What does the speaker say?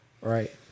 right